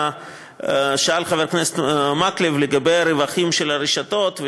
שאל חבר הכנסת מקלב לגבי הרווחים של הרשתות,